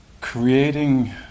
creating